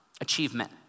Achievement